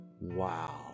Wow